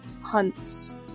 hunts